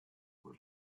were